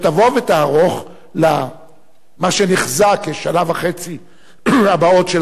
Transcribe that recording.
אשר תבוא ותערוך למה שנחזה כשנה וחצי הבאות של